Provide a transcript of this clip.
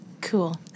Cool